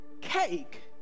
cake